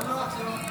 לא סוד,